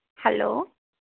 hello